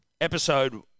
Episode